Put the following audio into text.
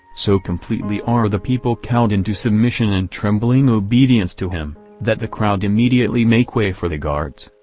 so completely ar the people cowed into submission and trembling obedience to him, that the crowd immediately make way for the guards,